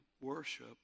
worship